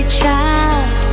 child